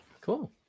cool